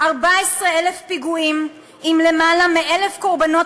14,000 פיגועים עם למעלה מ-1,000 קורבנות